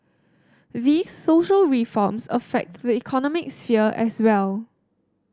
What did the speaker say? these social reforms affect the economic sphere as well